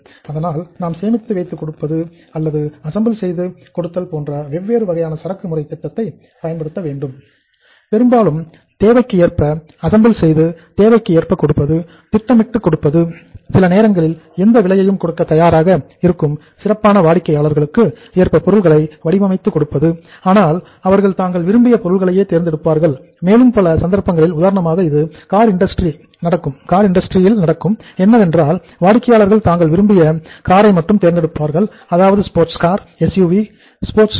அதனால் நாம் சேமித்து வைத்து கொடுப்பது அல்லது அசம்பிள் செய்து கொடுத்தல் போன்ற வெவ்வேறு வகையான சரக்கு முறை திட்டத்தை பயன்படுத்த வேண்டும் பெரும்பாலும் தேவைக்கு ஏற்ப அசம்பிள் வாகனங்களை விரும்புவார்கள